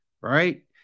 right